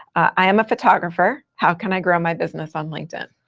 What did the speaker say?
i am a photographer. how can i grow my business on linkedin?